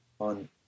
On